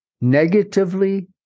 negatively